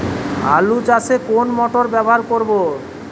আলু চাষে কোন মোটর ব্যবহার করব?